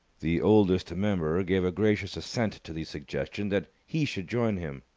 the oldest member gave a gracious assent to the suggestion that he should join him.